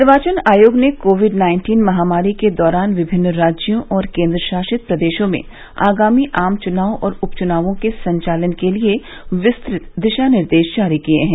निर्वाचन आयोग ने कोविड नाइन्टीन महामारी के दौरान विभिन्न राज्यों और केन्द्रशासित प्रदेशों में आगामी आम चुनाव और उपचुनावों के संचालन के लिए विस्तृत दिशा निर्देश जारी किये है